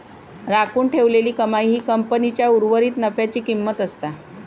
राखून ठेवलेली कमाई ही कंपनीच्या उर्वरीत नफ्याची किंमत असता